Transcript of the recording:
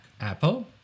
Apple